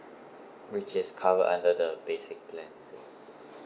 which is covered under the basic plan is it